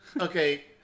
Okay